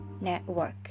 network